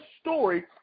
story